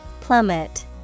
Plummet